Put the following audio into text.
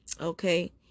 Okay